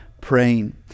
praying